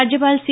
राज्यपाल सी